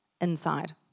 inside